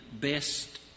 best